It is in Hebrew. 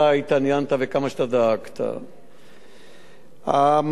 המערך הוא מערך חשוב מאוד למדינת ישראל,